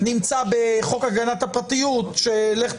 מזהרת.